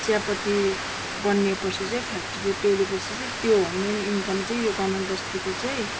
चियापत्ती बन्ने पछि चाहिँ फ्याक्ट्रीले पेलेपछि चाहिँ त्यो हो मेन इन्कम चाहिँ यो कमान बस्तीको चाहिँ